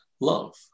love